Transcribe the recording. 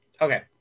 Okay